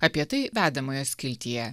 apie tai vedamoje skiltyje